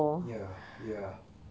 ya ya